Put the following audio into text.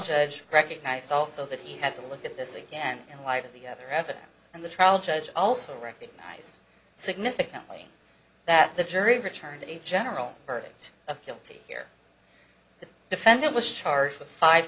judge recognized also that he had to look at this again in light of the other evidence and the trial judge also recognized significantly that the jury returned a general verdict of guilty here the defendant was charged with five